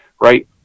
right